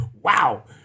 Wow